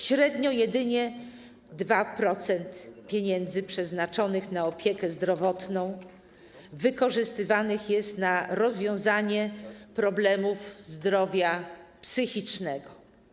Średnio jedynie 2% pieniędzy przeznaczonych na opiekę zdrowotną wykorzystywanych jest na rozwiązanie problemów związanych ze zdrowiem psychicznym.